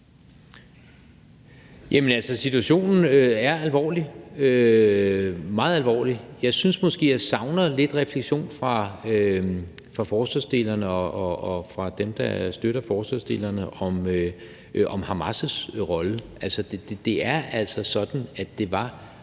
situationen er alvorlig – meget alvorlig. Jeg synes måske, jeg savner lidt refleksion fra forslagsstillerne og dem, der støtter forslaget, om Hamas' rolle. Altså, det er sådan, at det var